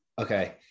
Okay